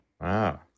Wow